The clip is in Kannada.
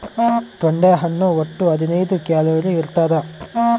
ತೊಂಡೆ ಹಣ್ಣು ಒಟ್ಟು ಹದಿನೈದು ಕ್ಯಾಲೋರಿ ಇರ್ತಾದ